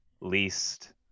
least